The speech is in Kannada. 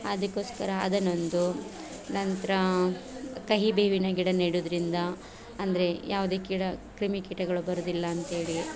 ಅದಕ್ಕೋಸ್ಕರ ಅದನ್ನೊಂದು ನಂತರ ಕಹಿ ಬೇವಿನ ಗಿಡ ನೆಡುವುದ್ರಿಂದ ಅಂದರೆ ಯಾವುದೇ ಗಿಡ ಕ್ರಿಮಿಕೀಟಗಳು ಬರುವುದಿಲ್ಲ ಅಂತ್ಹೇಳಿ